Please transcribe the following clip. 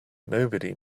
nobody